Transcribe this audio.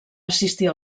assistir